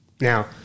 Now